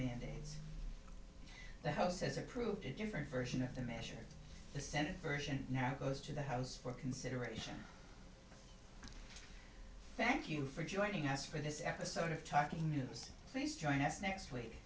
mandates the house has approved a different version of the measure the senate version now goes to the house for consideration thank you for joining us for this episode of talking news please join us next week